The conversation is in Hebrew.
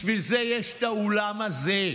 בשביל זה יש את האולם הזה,